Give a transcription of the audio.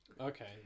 Okay